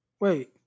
Wait